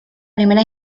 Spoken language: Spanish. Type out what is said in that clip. primera